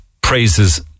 praises